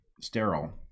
sterile